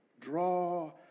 Draw